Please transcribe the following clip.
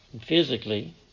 Physically